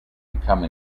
become